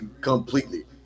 completely